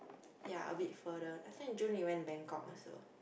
ya a bit further last time June we went Bangkok also